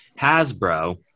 Hasbro